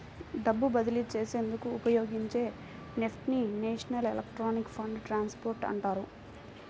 డబ్బు బదిలీ చేసేందుకు ఉపయోగించే నెఫ్ట్ ని నేషనల్ ఎలక్ట్రానిక్ ఫండ్ ట్రాన్స్ఫర్ అంటారు